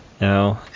No